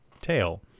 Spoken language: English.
tail